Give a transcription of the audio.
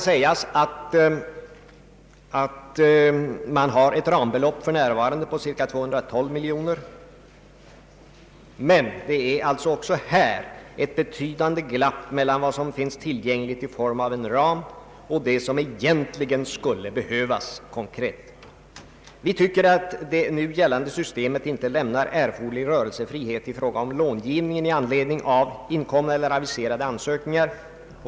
Rambeloppet är för närvarande cirka 212 miljoner kronor. Det är alltså ett betydande glapp mellan vad som finns tillgängligt och det som egentligen skulle behövas. Vi tycker att det nu gällande systemet inte lämnar erforderlig rörelsefrihet i fråga om långivningen i anledning av inkomna eller aviserade ansökningar.